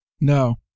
No